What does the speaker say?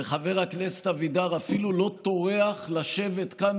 וחבר הכנסת אבידר אפילו לא טורח לשבת כאן